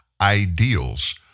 ideals